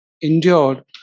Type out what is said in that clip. endured